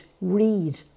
read